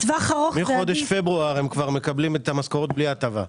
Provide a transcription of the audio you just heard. כבר מחודש פברואר הם מקבלים את המשכורת בלי ההטבה.